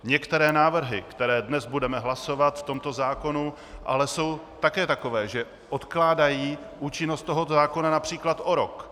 Některé návrhy, které dnes budeme hlasovat v tomto zákonu, jsou ale také takové, že odkládají účinnost tohoto zákona například o rok.